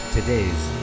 Today's